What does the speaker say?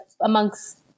amongst